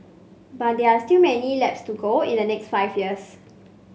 but there are still many laps to go in the next five years